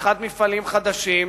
לפתיחת מפעלים חדשים.